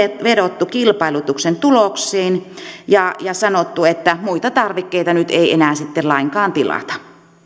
vedottu kilpailutuksen tuloksiin ja ja sanottu että muita tarvikkeita nyt ei enää sitten lainkaan tilata